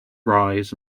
rise